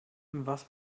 was